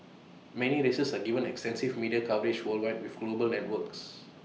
many races are given extensive media coverage worldwide with global networks